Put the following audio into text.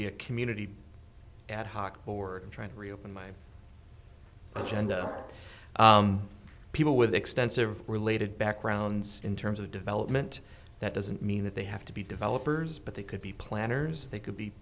be a community ad hoc board and try to reopen my well genda people with extensive related backgrounds in terms of development that doesn't mean that they have to be developers but they could be planners they could be